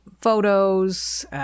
photos